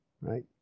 right